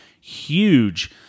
huge